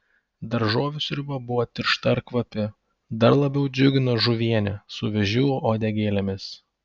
daržovių sriuba buvo tiršta ir kvapi dar labiau džiugino žuvienė su vėžių uodegėlėmis